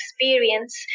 experience